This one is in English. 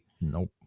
Nope